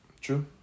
True